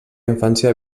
infància